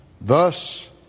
Thus